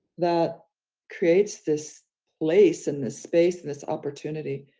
that creates this place and this space, this opportunity.